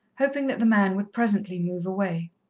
hoping that the man would presently move away.